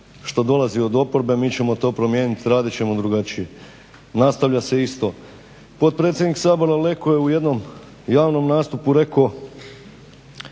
što dolazi od oporbe, mi ćemo to promijeniti, radit ćemo drugačije. Nastavlja se isto. Potpredsjednik Sabora Leko je u jednom javnom nastupu rekao